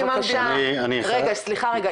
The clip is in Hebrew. סליחה רגע,